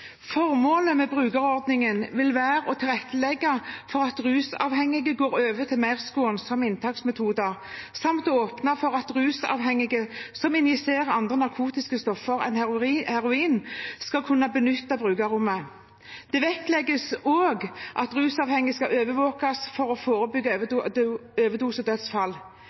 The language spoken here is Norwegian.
Formålet med brukerordningen vil være å tilrettelegge for at rusavhengige går over til mer skånsomme inntaksmetoder, samt å åpne for at rusavhengige som injiserer andre narkotiske stoffer enn heroin, skal kunne benytte brukerrommet. Det vektlegges også at rusavhengige skal overvåkes for å forebygge overdosedødsfall.